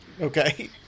Okay